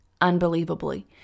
unbelievably